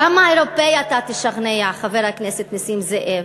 כמה אירופאים אתה תשכנע, חבר הכנסת נסים זאב,